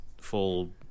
full